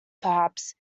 perhaps